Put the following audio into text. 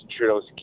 Trudeau's